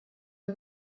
une